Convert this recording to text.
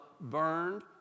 burned